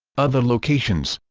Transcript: other locations